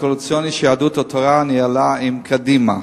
הקואליציוני שיהדות התורה ניהלה עם קדימה.